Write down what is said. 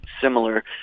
similar